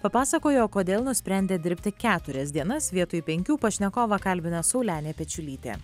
papasakojo kodėl nusprendė dirbti keturias dienas vietoj penkių pašnekovą kalbina saulelė pečiulytė